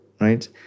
right